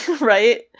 Right